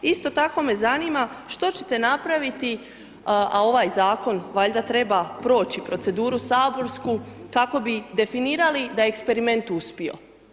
Isto tako me zanima što ćete napraviti, a ovaj Zakon valjda treba proći proceduru saborsku, kako bi definirali da je eksperiment uspio.